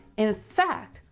in fact,